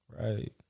Right